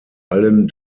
allen